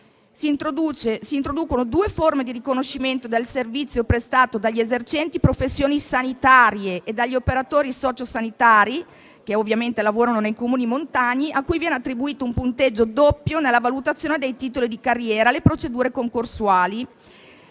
si introducono due forme di riconoscimento del servizio prestato dagli esercenti professioni sanitarie e dagli operatori sociosanitari che lavorano nei Comuni montani, a cui viene attribuito un punteggio doppio nella valutazione dei titoli di carriera nelle procedure concorsuali;